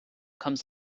comes